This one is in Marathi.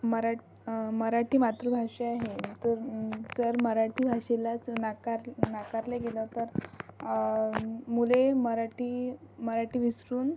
मराठ मराठी मातृभाषा आहे तर जर मराठी भाषेलाच नाकार नाकारलं गेलं तर मुले मराठी मराठी विसरून